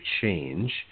change